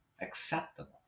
acceptable